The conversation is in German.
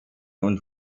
und